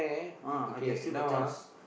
ah I get still got chance